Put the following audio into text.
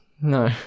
no